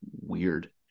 weird